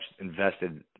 invested